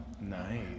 Nice